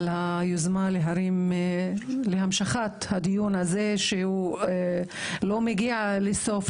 על היוזמה להמשך הדיון הזה שלצערנו לא מגיע לסוף.